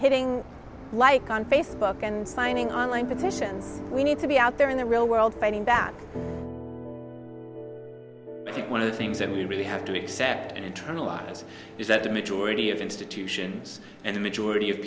hitting like on facebook and signing online petitions we need to be out there in the real world fighting back i think one of the things that we really have to accept and internalize is that the majority of institutions and the majority of